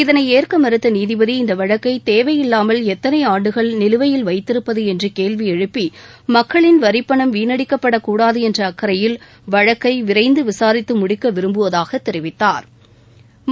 இதனை ஏற்க மறுத்த நீதிபதி இந்த வழக்கை தேவையில்லாமல் எத்தனை ஆண்டுகள் நிலுவையில் வைத்திருப்பது என்று கேள்வி எழுப்பி மக்களின் வரிப்பணம் வீணடிக்கப்படக்கூடாது என்ற அக்கறையில் வழக்கை விரைந்து விசாரித்து முடிக்க விரும்புவதாகத் தெரிவித்தாா்